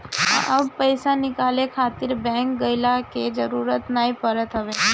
अब पईसा निकाले खातिर बैंक गइला के भी जरुरत नाइ पड़त हवे